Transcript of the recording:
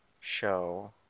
show